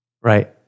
Right